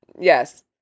Yes